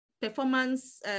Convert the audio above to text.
performance